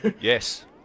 Yes